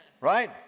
Right